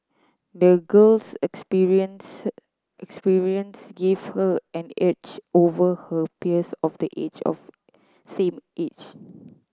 the girl's experiences experiences gave her an edge over her peers of the age of same age